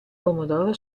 pomodoro